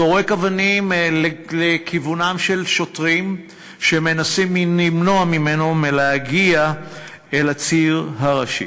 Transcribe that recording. זורק אבנים לכיוונם של שוטרים שמנסים למנוע ממנו להגיע אל הציר הראשי.